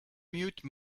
mute